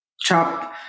chop